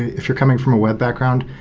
if you're coming from a web background,